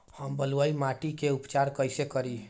हम बलुइ माटी के उपचार कईसे करि?